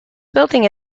building